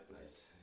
Nice